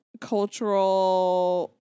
cultural